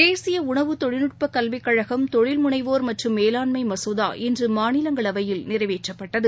தேசிய உணவு தொழில்நுட்பக் கல்விக் கழகம் தொழில் முனைவோர் மற்றும் மேலாண்மை மசோதா இன்று மாநிலங்களவையில் நிறைவேற்றப்பட்டது